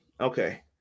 Okay